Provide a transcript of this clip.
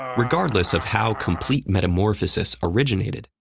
regardless of how complete metamorphosis originated,